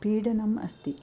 पीडनम् अस्ति